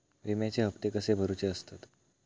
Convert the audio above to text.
विम्याचे हप्ते कसे भरुचे असतत?